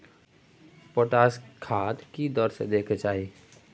Potash खाद की दर से दै के चाही?